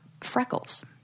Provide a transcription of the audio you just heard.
freckles